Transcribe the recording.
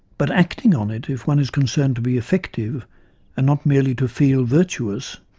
but acting on it, if one is concerned to be effective and not merely to feel virtuous,